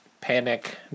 Panic